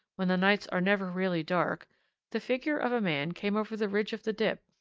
when the nights are never really dark the figure of a man came over the ridge of the dip,